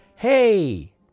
Hey